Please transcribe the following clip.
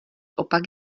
opak